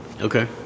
Okay